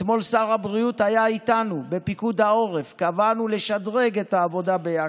אתמול שר הבריאות היה איתנו בפיקוד העורף וקבענו לשדרג את העבודה ביחד.